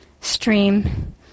stream